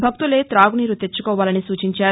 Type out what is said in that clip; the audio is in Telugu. భక్తులే తాగునీరు తెచ్చుకోవాలని సూచించారు